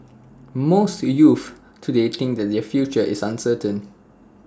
most youths today think that their future is uncertain